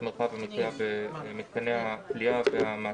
מרחב המחיה במתקני הכליאה והמעצר,